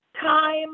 time